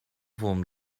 wurm